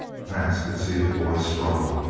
vance could see the boy struggle,